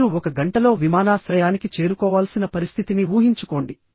మీరు ఒక గంటలో విమానాశ్రయానికి చేరుకోవాల్సిన పరిస్థితిని ఊహించుకోండి